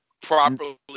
properly